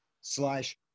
slash